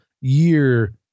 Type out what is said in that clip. year